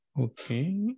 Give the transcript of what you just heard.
Okay